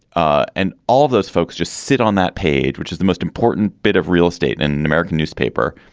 ah and all those folks just sit on that page, which is the most important bit of real estate in an american newspaper.